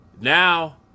Now